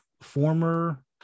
former